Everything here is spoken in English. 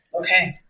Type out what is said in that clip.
okay